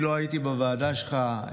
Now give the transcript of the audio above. לא הייתי בוועדה שלך,